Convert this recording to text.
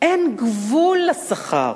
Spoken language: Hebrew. אין גבול לשכר,